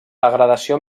degradació